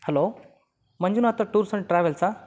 hello Manjunatha tours and ಟ್ರಾವೆಲ್ಸಾ